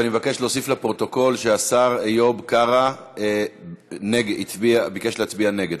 ואני מבקש להוסיף לפרוטוקול שהשר איוב קרא ביקש להצביע נגד,